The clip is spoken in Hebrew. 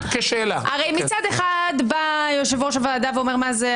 הרי מצד אחד בא יושב-ראש הוועדה ואומר: מה זה,